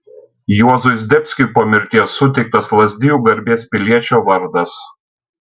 juozui zdebskiui po mirties suteiktas lazdijų garbės piliečio vardas